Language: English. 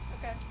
Okay